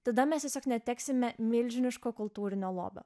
tada mes tiesiog neteksime milžiniško kultūrinio lobio